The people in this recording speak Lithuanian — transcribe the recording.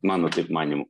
mano taip manymu